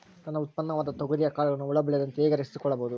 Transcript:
ನನ್ನ ಉತ್ಪನ್ನವಾದ ತೊಗರಿಯ ಕಾಳುಗಳನ್ನು ಹುಳ ಬೇಳದಂತೆ ಹೇಗೆ ರಕ್ಷಿಸಿಕೊಳ್ಳಬಹುದು?